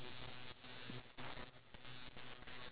I would die